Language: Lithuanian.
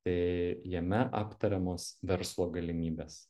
tai jame aptariamos verslo galimybės